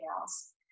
else